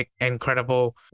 incredible